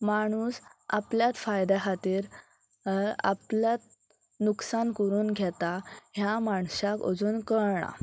माणूस आपल्यात फायद्या खातीर आपल्यात नुकसान करून घेता ह्या मनशाक अजून कळना